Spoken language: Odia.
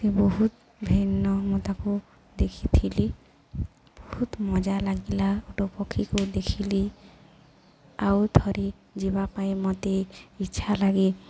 ସେ ବହୁତ ଭିନ୍ନ ମୁଁ ତାକୁ ଦେଖିଥିଲି ବହୁତ ମଜା ଲାଗିଲା ଓଟ ପକ୍ଷୀକୁ ଦେଖିଲି ଆଉ ଥରେ ଯିବା ପାଇଁ ମୋତେ ଇଚ୍ଛା ଲାଗେ